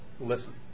Listen